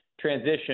transition